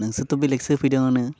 नोंसोरथ' बेलेगसो होफैदों आंनो